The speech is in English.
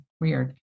weird